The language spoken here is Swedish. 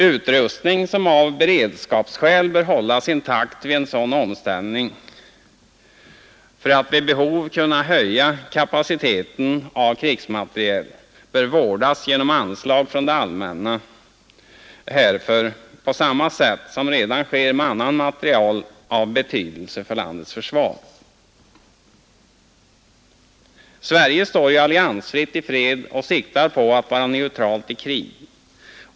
Utrustning som av beredskapsskäl bör hållas intakt vid en sådan omställning för att vid behov kunna höja kapaciteten för produktion av krigsmateriel bör vårdas genom anslag från det allmänna härför, på samma sätt som redan sker med annan materiel av betydelse för landets försvar. Sverige står ju alliansfritt i fred och siktar på att vara neutralt i krig.